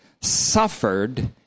Suffered